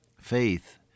faith